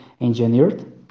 engineered